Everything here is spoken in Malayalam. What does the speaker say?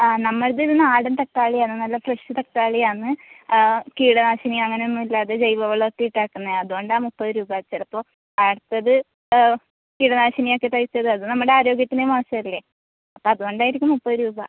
ആ നമ്മളത് ഇത് നാടൻ തക്കാളിയാണ് നല്ല ഫ്രഷ് തക്കാളിയാണ് ആ കീടനാശിനി അങ്ങനെയൊന്നും ഇല്ലാതെ ജൈവവളമൊക്കെ ഇട്ടാക്കുന്നതാണ് അതുകൊണ്ടാണ് മുപ്പത് രൂപ ചിലപ്പോൾ അവിടുത്തത് കീടനാശിനിയൊക്കെ തളിച്ചത് അത് നമ്മുടെ ആരോഗ്യത്തിന് മോശമല്ലേ അപ്പം അതുകൊണ്ടായിരിക്കും മുപ്പത് രൂപ